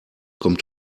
kommt